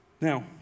Now